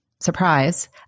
surprise